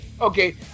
okay